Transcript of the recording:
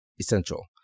essential